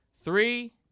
three